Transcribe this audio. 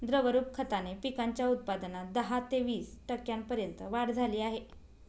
द्रवरूप खताने पिकांच्या उत्पादनात दहा ते वीस टक्क्यांपर्यंत वाढ झाली आहे